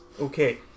Okay